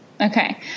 Okay